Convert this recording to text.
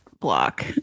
block